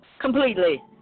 completely